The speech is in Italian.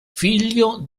figlio